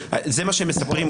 זה מה שהם מספרים כמובן.